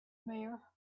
mayor